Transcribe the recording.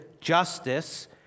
justice